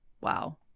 wow